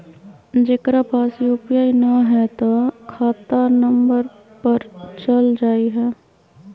जेकरा पास यू.पी.आई न है त खाता नं पर चल जाह ई?